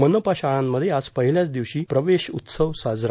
मनपा शाळांमध्ये आज पहिल्याच दिवशी प्रवेश उत्सव साजरा